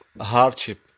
hardship